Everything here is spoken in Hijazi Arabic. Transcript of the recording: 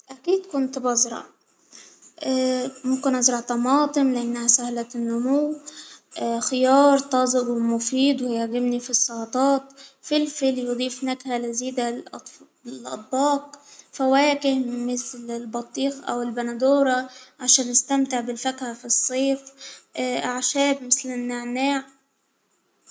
أكيد كنت بزرع ممكن أزرع طماطم لأنها سهلة النمو، خيار طازج ومفيد ويعجبني في السلطات، فلفل يضيف نكهة لذيذة للأطفال- للأطباق، فواكهة مثل البطيخ أو البندورة عشان نستمتع بالفاكهة في الصيف، أعشاب مثل النعناع.